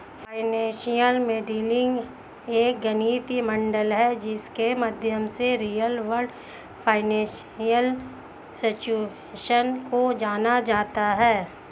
financial modelling एक गणितीय model है जिसके माध्यम से रियल वर्ल्ड फाइनेंशियल सिचुएशन को जाना जाता है